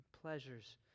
pleasures